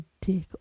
dick